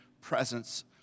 presence